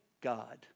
God